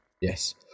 Yes